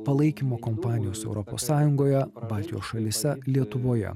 palaikymo kompanijos europos sąjungoje baltijos šalyse lietuvoje